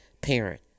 parent